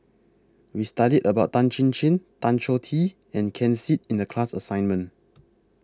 We studied about Tan Chin Chin Tan Choh Tee and Ken Seet in The class assignment